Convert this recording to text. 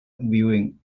viewing